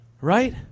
right